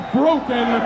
broken